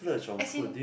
as in